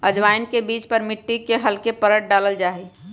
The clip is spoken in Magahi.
अजवाइन के बीज पर मिट्टी के हल्के परत डाल्ल जाहई